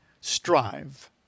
strive